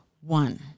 One